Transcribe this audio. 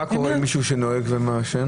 מה קורה עם מישהו שנוהג ומעשן?